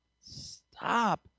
stop